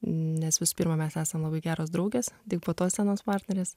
nes visų pirma mes esam labai geros draugės tik po to scenos partnerės